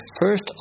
first